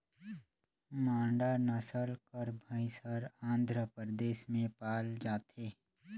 मांडा नसल कर भंइस हर आंध्र परदेस में पाल जाथे